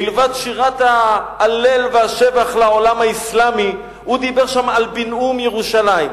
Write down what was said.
מלבד שירת ההלל והשבח לעולם האסלאמי הוא דיבר שם על בינאום ירושלים.